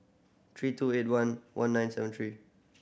three two eight one one nine seven three